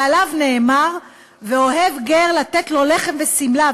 ועליו נאמר: "ואהב גר לתת לו לחם ושמלה".